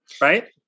right